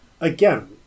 Again